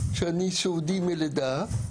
שאני סיעודי מלידה,